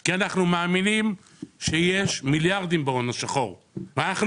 כי אנחנו מאמינים שיש מיליארדים בהון השחור ואנחנו